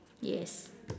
yes